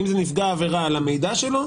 אם זה נפגע עבירה על המידע שלו,